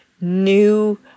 new